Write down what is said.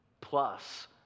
plus